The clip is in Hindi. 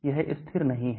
यह स्थिर नहीं है